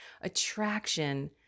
attraction